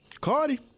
Cardi